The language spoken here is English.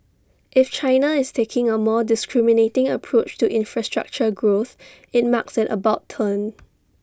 if China is taking A more discriminating approach to infrastructure growth IT marks an about turn